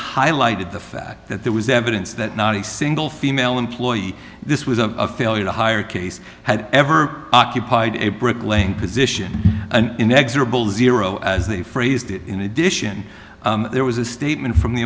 highlighted the fact that there was evidence that not a single female employee this was a failure to hire case had ever occupied a bricklaying position an inexorable zero as they phrased it in addition there was a statement from the